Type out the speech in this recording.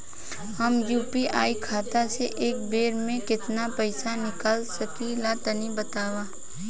हम यू.पी.आई खाता से एक बेर म केतना पइसा निकाल सकिला तनि बतावा?